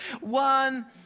One